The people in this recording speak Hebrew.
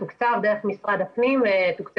תוקצב דרך משרד הפנים.